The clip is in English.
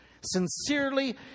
Sincerely